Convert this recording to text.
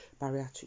bariatric